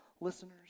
listeners